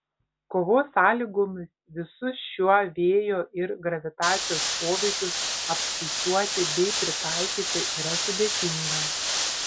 kovos sąlygomis visus šiuo vėjo ir gravitacijos poveikius apskaičiuoti bei pritaikyti yra sudėtinga